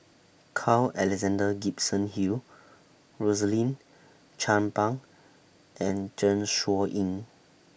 Carl Alexander Gibson Hill Rosaline Chan Pang and Zeng Shouyin